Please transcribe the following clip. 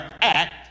act